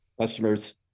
customers